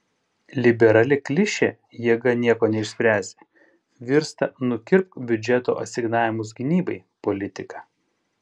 liberali klišė jėga nieko neišspręsi virsta nukirpk biudžeto asignavimus gynybai politika